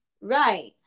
Right